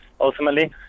ultimately